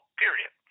period